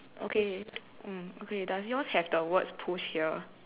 okay mm okay does yours have the words push here